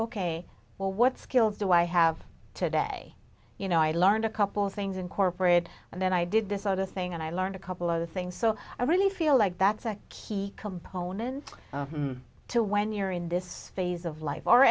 ok well what skills do i have today you know i learned a couple things incorporated and then i did this sort of thing and i learned a couple other things so i really feel like that's a key component to when you're in this phase of life or